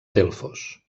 delfos